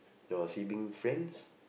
your siblings friends